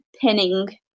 pinning